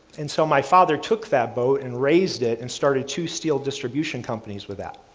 and so, my father took that boat, and raised it, and started two steel distribution companies with that.